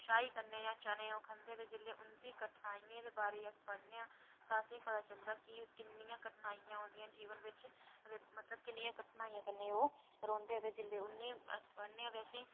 छाही कन्नै जिसलै ओह् चने खंदे हे ते उंदी कठिनाइयें दे बारे च अस पढ़ने आं तां असेंगी पता चलदा ऐ कि किन्नियां कठिनाइयां औंदियां न जीवन बिच्च चे मतलव किन्नियें कठिनाइयें कन्नै ओह् रौंह्दे हे ते जिसलै अस उनेंगी पढ़ने आं ते ओह्